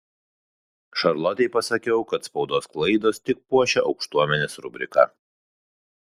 šarlotei pasakiau kad spaudos klaidos tik puošia aukštuomenės rubriką